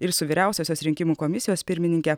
ir su vyriausiosios rinkimų komisijos pirmininke